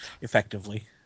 effectively